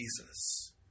Jesus